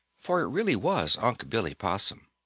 for it really was unc' billy possum.